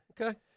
Okay